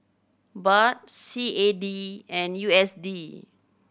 Baht C A D and U S D